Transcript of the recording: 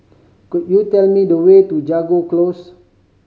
could you tell me the way to Jago Close